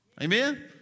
Amen